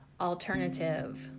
Alternative